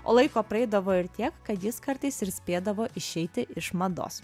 o laiko praeidavo ir tiek kad jis kartais ir spėdavo išeiti iš mados